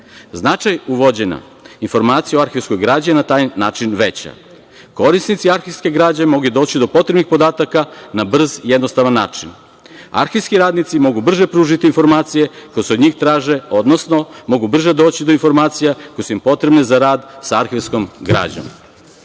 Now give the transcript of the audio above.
uvođenja informacija u arhivsku građu na taj način je veća. Korisnici arhivske građe mogu doći do potrebnih podataka na brz i jednostavan način. Arhivski radnici mogu brže pružiti informacije koje se od njih traže, odnosno mogu brže doći do informacija koje su im potrebne za rad sa arhivskom građom. Zakon